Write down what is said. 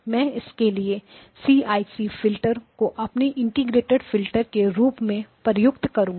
मैं इसके लिए सीआईसी फिल्टर को अपने इंटीग्रेटेड फिल्टर के रूप में प्रयुक्त करूंगा